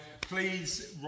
Please